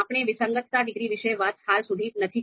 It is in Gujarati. આપણે વિસંગતતા ડિગ્રી વિશે વાત હાલ સુધી નથી કરી